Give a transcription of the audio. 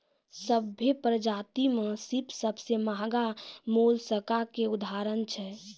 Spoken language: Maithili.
सभ्भे परजाति में सिप सबसें महगा मोलसका के उदाहरण छै